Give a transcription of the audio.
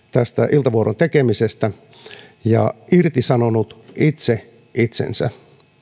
iltavuoron tekemisestä ja irtisanonut itse itsensä